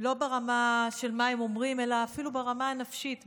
לא ברמה של מה הם אומרים אלא אפילו ברמה הנפשית,